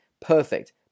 Perfect